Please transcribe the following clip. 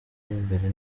imbere